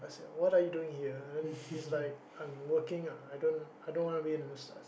i said what are you doing here then his like I'm working ah I don't I don't want to be in this